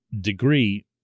degree